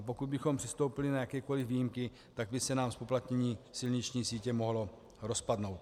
Pokud bychom přistoupili na jakékoli výjimky, tak by se nám zpoplatnění silniční sítě mohlo rozpadnout.